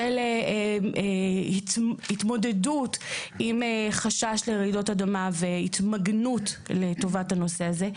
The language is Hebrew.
של התמודדות עם חשש לרעידות אדמה והתמגנות לטובת הנושא הזה.